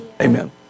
amen